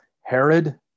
Herod